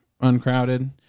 uncrowded